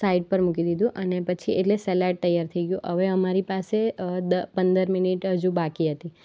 side પર મૂકી દીધું અને પછી એટલે સલાડ તૈયાર થઈ ગયું હવે અમારી પાસે દ પંદર મિનિટ હજુ બાકી હતી